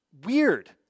weird